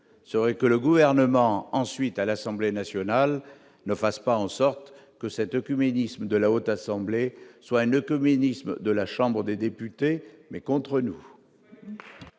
serait que le gouvernement ensuite à l'Assemblée nationale ne fassent pas en sorte que cette cuménisme de la haute assemblée, soit ne communisme de la Chambre des députés, mais contre nous.